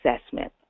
assessment